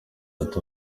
ati